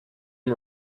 and